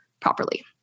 properly